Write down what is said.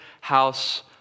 house